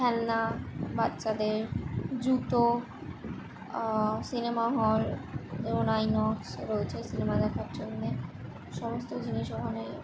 খেলনা বাচ্চাদের জুতো সিনেমা হল যেমন আইনক্স রয়েছে সিনেমা দেখার জন্যে সমস্ত জিনিস ওখানে